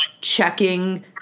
checking